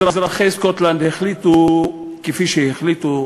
אזרחי סקוטלנד החליטו כפי שהחליטו,